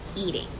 eating